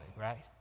right